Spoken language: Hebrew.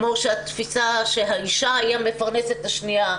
כמו שהתפיסה שהאישה היא המפרנסת השניה,